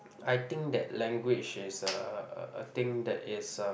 I think that language is uh a thing that is um